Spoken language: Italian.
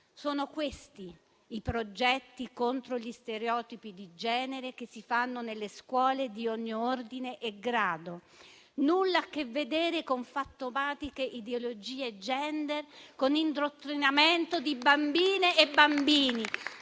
Sono questi i progetti contro gli stereotipi di genere che si fanno nelle scuole di ogni ordine e grado, nulla a che vedere con fantomatiche ideologie *gender* e con l'indottrinamento di bambine e bambini.